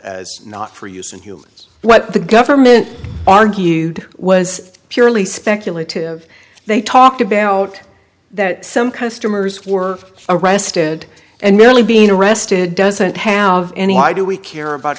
as not for use in humans what the government argued was purely speculative they talked about that some customers were arrested and merely being arrested doesn't have any why do we care about